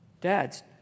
dads